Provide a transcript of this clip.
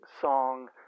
song